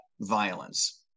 violence